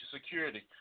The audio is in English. Security